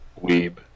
Weeb